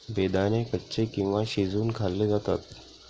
बेदाणे कच्चे किंवा शिजवुन खाल्ले जातात